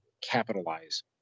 capitalize